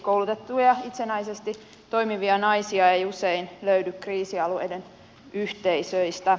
koulutettuja itsenäisesti toimivia naisia ei usein löydy kriisialueiden yhteisöistä